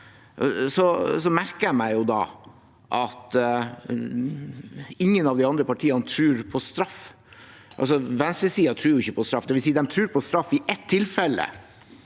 Jeg merker meg at ingen av de andre partiene tror på straff. Venstresiden tror ikke på straff – eller de tror på straff i ett tilfelle,